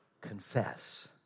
confess